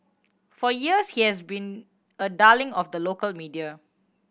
for years he has been a darling of the local media